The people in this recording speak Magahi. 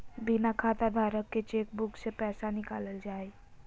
बिना खाताधारक के चेकबुक से पैसा निकालल जा हइ